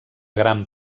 gran